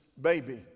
baby